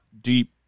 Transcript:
deep